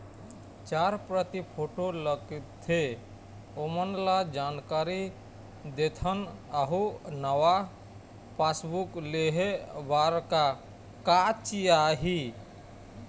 चार प्रति फोटो लगथे ओमन ला जानकारी देथन अऊ नावा पासबुक लेहे बार का का चाही?